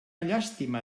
llàstima